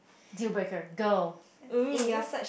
deal breaker go oo